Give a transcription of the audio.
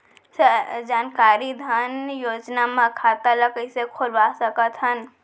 जानकारी धन योजना म खाता ल कइसे खोलवा सकथन?